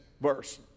verse